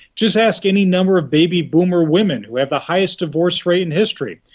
just ask any number of baby boomer women who have the highest divorce rate in history.